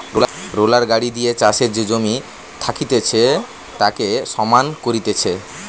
roller গাড়ি দিয়ে চাষের যে জমি থাকতিছে তাকে সমান করতিছে